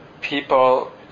people